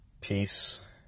Peace